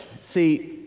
See